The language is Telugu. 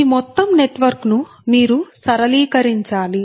ఈ మొత్తం నెట్వర్క్ ను మీరు సరళీకరించాలి